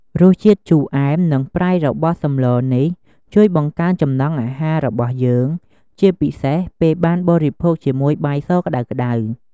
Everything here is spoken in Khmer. រសជាតិជូរអែម និងប្រៃរបស់សម្លនេះជួយបង្កើនចំណង់អាហាររបស់យើង ជាពិសេសពេលបានបរិភោគជាមួយបាយសក្ដៅៗ។